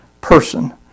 person